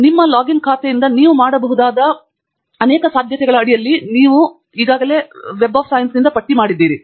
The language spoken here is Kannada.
ನಮ್ಮ ಲಾಗಿನ್ ಖಾತೆಯೊಂದಿಗೆ ನಾವು ಮಾಡಬಹುದಾದ ಅನೇಕ ಸಾಧ್ಯತೆಗಳ ಅಡಿಯಲ್ಲಿ ನೀವು ಈಗಾಗಲೇ ವಿಜ್ಞಾನದ ವೆಬ್ನಿಂದ ಪಟ್ಟಿಮಾಡಿದ್ದೀರಿ